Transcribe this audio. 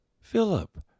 philip